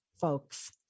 folks